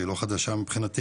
שהיא לא חדשה מבחינתי,